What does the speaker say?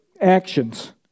actions